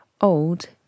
old